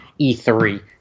E3